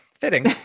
fitting